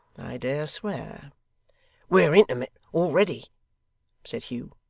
dare swear we're intimate already said hugh.